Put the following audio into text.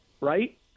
right